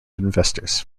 investors